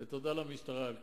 ותודה למשטרה על כך.